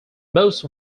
most